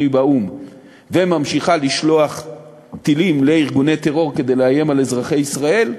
באו"ם וממשיכה לשלוח טילים לארגוני טרור כדי לאיים על אזרחי ישראל,